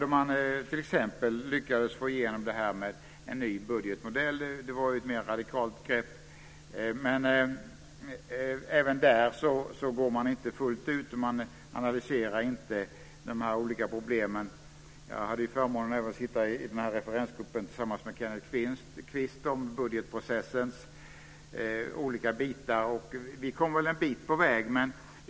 Man lyckades t.ex. få igenom en ny budgetmodell. Det var ett mer radikalt grepp. Även där går man inte fullt ut. Man analyserar inte de olika problemen. Jag hade förmånen att även sitta i referensgruppen om budgetprocessens olika delar tillsammans med Kenneth Kvist. Vi kom väl en bit på vägen.